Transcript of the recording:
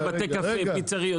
אני רואה שאלה --- בתי קפה, פיצריות.